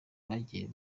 bagiye